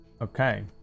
okay